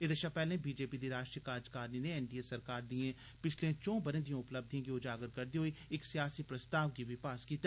एदे शा पैहले बी जे पी दी राष्ट्रीय कार्जकारणी नै एन डी ए सरकार दियें पिच्छले चंऊ बरें दिये उपलब्धियें गी उजागर करदे इक सियासी प्रस्ताव गी बी पास कीता